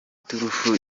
turufu